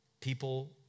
people